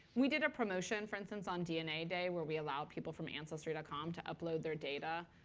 we did a promotion, for instance, on dna day, where we allowed people from ancestry dot com to upload their data.